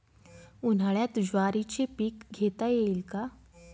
उन्हाळ्यात ज्वारीचे पीक घेता येईल का?